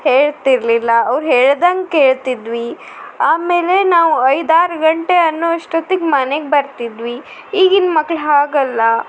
ಹೇಳ್ತಿರಲಿಲ್ಲ ಅವ್ರು ಹೇಳ್ದಂಗೆ ಕೇಳ್ತಿದ್ವಿ ಆಮೇಲೆ ನಾವು ಐದಾರು ಗಂಟೆ ಅನ್ನುವಷ್ಟೊತ್ತಿಗೆ ಮನೆಗೆ ಬರ್ತಿದ್ವಿ ಈಗಿನ ಮಕ್ಳು ಹಾಗಲ್ಲ